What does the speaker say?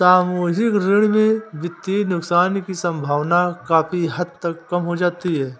सामूहिक ऋण में वित्तीय नुकसान की सम्भावना काफी हद तक कम हो जाती है